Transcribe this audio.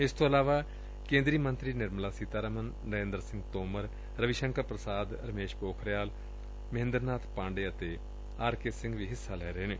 ਇਨੂਾ ਤੋ ਇਲਾਵਾ ਕੇਦਰੀ ਮੰਤਰੀ ਨਿਰਮਲਾ ਸੀਤਾਰਮਨ ਨਰੇਦਰ ਸਿੰਘ ਤੋਮਰ ਰਵੀ ਸ਼ੰਕਰ ਪਾਂਡੇ ਅਤੇ ਆਰ ਕੇ ਸਿੰਘ ਵੀ ਹਿੱਸਾ ਲੈ ਰਹੇ ਨੇ